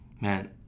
Man